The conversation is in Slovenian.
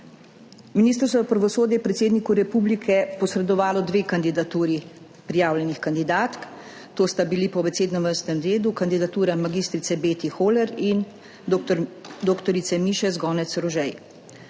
Ministrstvo za pravosodje je predsedniku republike posredovalo dve kandidaturi prijavljenih kandidatk, to sta bili po abecednem vrstnem redu kandidatura mag. Beti Hohler in dr. Miše Zgonec Rožej.